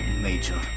Major